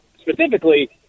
specifically